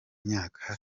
myaka